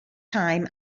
time